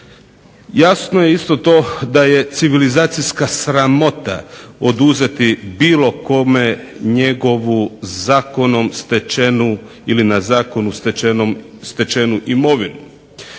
Jasno je isto to da je civilizacijska sramota oduzeti bilo kome njegovu zakonom stečenu ili na zakonu stečenu imovinu.